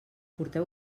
porteu